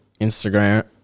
Instagram